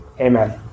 Amen